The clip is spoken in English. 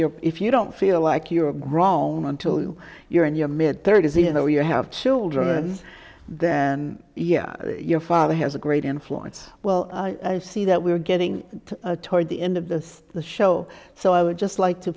you're if you don't feel like you're a grown until you're in your mid thirty's you know you have children then yeah your father has a great influence well i see that we're getting toward the end of the the show so i would just like to